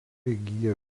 įgyja